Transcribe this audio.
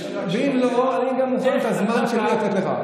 ואם לא, אני גם מוכן את הזמן שלי לתת לך.